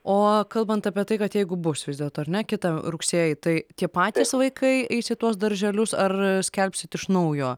o kalbant apie tai kad jeigu bus vis dėlto ar ne kitą rugsėjį tai tie patys vaikai eis į tuos darželius ar skelbsit iš naujo